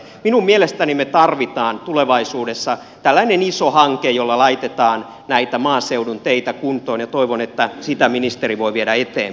minun mielestäni me tarvitsemme tulevaisuudessa ison hankkeen jolla laitetaan näitä maaseudun teitä kuntoon ja toivon että sitä ministeri voi viedä eteenpäin